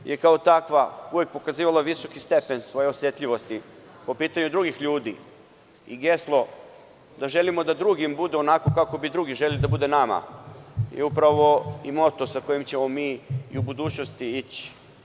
Srbija je kao takva uvek ukazivala visoki stepen svoje osetljivosti po pitanju drugih ljudi i geslo da želimo da drugima bude onako kako bi drugi želeli da bude nama je upravo moto sa kojim ćemo u budućnosti ići.